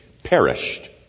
perished